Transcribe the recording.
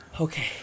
Okay